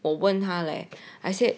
我问他嘞 I said